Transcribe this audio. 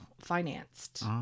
financed